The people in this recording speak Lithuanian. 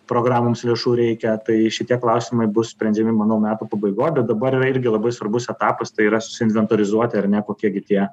programoms lėšų reikia tai šitie klausimai bus sprendžiami manau metų pabaigo bet dabar yra irgi labai svarbus etapas tai yra susiinventorizuoti ar ne kokie gi tie